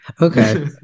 Okay